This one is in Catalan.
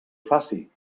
faci